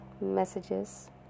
messages